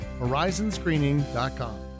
Horizonscreening.com